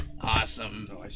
Awesome